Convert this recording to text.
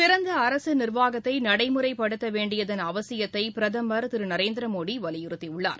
சிறந்த அரசு நிர்வாகத்தை நடைமுறைப்படுத்த வேண்டியதன் அவசியத்தை பிரதமர் திரு நரேந்திர மோடி வலியுறுத்தியுள்ளார்